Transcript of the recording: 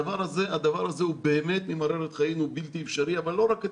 הדבר הזה באמת ממרר את חיינו והיא בלתי אפשרי אבל לא רק את